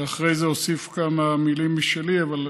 ואחרי זה אוסיף כמה מילים משלי, אבל